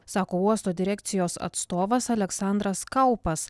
sako uosto direkcijos atstovas aleksandras kaupas